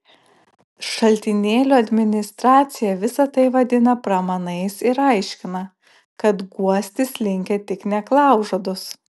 šaltinėlio administracija visa tai vadina pramanais ir aiškina kad guostis linkę tik neklaužados